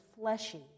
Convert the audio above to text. fleshy